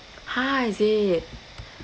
!huh! is it